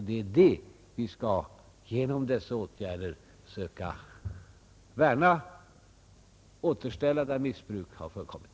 Det är det samhället vi genom dessa åtgärder skall försöka värna och återställa där missbruk har förekommit.